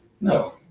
No